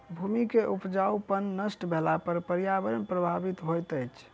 भूमि के उपजाऊपन नष्ट भेला पर पर्यावरण प्रभावित होइत अछि